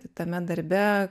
kitame darbe